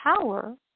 power